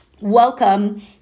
welcome